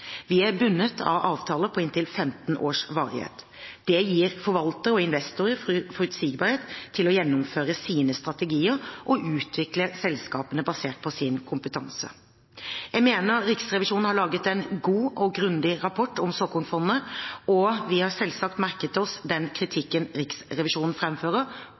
Vi er bundet av avtaler på inntil 15 års varighet. Dette gir forvaltere og investorer forutsigbarhet til å gjennomføre sine strategier og utvikle selskapene basert på sin kompetanse. Jeg mener at Riksrevisjonen har laget en god og grundig rapport om såkornfondene, og vi har selvsagt merket oss den kritikken Riksrevisjonen